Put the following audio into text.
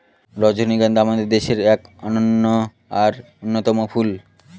রজনীগন্ধা আমাদের দেশের এক অনন্য আর অন্যতম ফুল